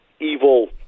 evil